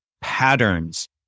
patterns